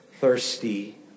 thirsty